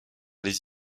les